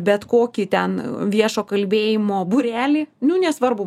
bet kokį ten viešo kalbėjimo būrelį nu nesvarbu